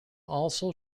also